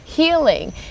healing